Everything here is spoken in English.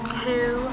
two